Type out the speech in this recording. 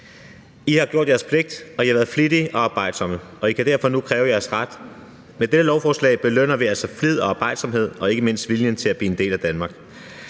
I har gjort jeres pligt, I har været flittige og arbejdsomme, og I kan derfor nu kræve jeres ret. Med dette lovforslag belønner vi altså flid og arbejdsomhed og ikke mindst viljen til at blive en del af Danmark.